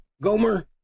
Gomer